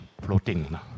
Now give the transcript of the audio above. floating